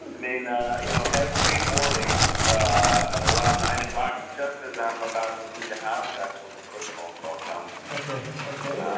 mean ahh, you know, every morning ah, at around nine o'clock, just as i'm about to leave the house, that's when the first phone call comes okay, okay.